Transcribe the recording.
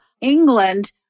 England